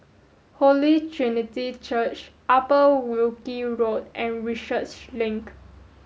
Holy Trinity Church Upper Wilkie Road and Research Link